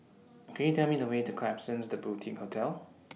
Can YOU Tell Me The Way to Klapsons The Boutique Hotel